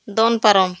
ᱫᱚᱱ ᱯᱟᱨᱚᱢ